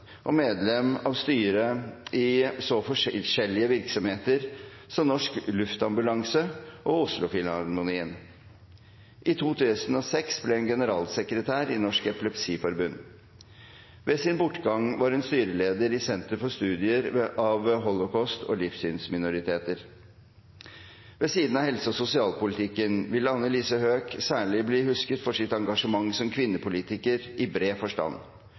og medlem av styret i så forskjellige virksomheter som Norsk Luftambulanse og Oslo-Filharmonien. I 2006 ble hun generalsekretær i Norsk Epilepsiforbund. Ved sin bortgang var hun styreleder i Senter for studier av Holocaust og livssynsminoriteter. Ved siden av helse- og sosialpolitikken vil Annelise Høegh særlig bli husket for sitt engasjement som kvinnepolitiker i bred forstand,